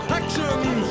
actions